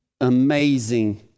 amazing